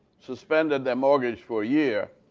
suspended their mortgage for a year,